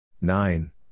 Nine